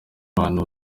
ahantu